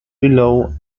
below